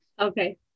Okay